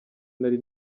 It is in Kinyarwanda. nari